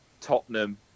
Tottenham